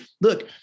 look